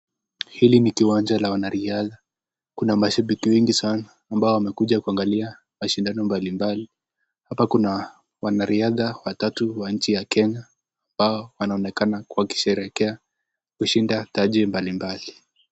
Hili ni kiwanja ya wanariadha kuna mashabiki wengi sana ambao wamekuja kuangalia mashindano mbali mbali. Hapa kuna wanariadha watatu wa nchi ya kenya ambao wanaonekana wakisherehekea kushinda taji mbali mbali.